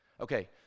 Okay